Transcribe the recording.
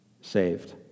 saved